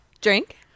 Drink